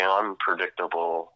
unpredictable